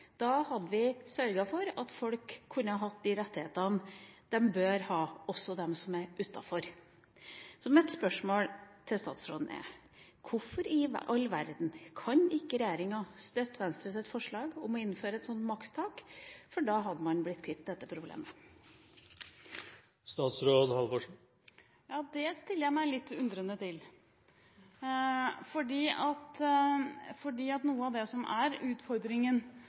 da hadde vi sørget for at folk kunne ha de rettighetene de bør ha – også de som er utenfor. Mitt spørsmål til statsråden er: Hvorfor i all verden kan ikke regjeringa støtte Venstres forslag om å innføre et sånt makstak? Da hadde man blitt kvitt dette problemet. Det stiller jeg meg litt undrende til, for noe av det som er utfordringen